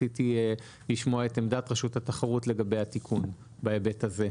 רציתי לשמוע את עמדת רשות התחרות לגבי התיקון בהיבט הזה.